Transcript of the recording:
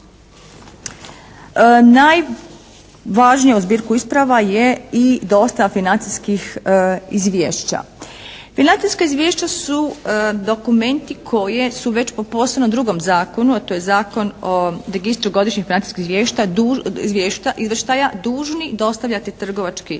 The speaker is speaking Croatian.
najvažnije uz zbirku isprava je i dostava financijskih izvješća. Financijska izvješća su dokumenti koje su već po posebnom drugom zakonu, a to je Zakon o registru godišnjih financijskih izvještaja dužni dostavljati trgovački subjekti,